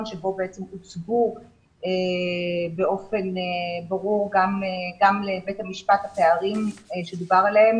שבו בעצם הוצגו באופן ברור גם לבית המשפט הפערים עליהם